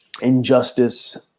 injustice